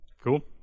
Cool